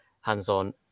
hands-on